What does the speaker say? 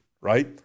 right